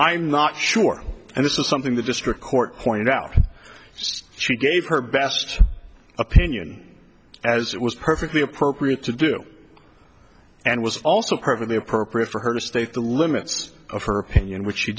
i'm not sure and this is something the district court pointed out so she gave her best opinion as it was perfectly appropriate to do and was also perfectly appropriate for her state the limits of her opinion which she